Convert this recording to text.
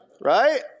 right